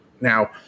Now